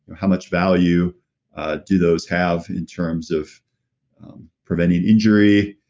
how much value do those have in terms of preventing injury,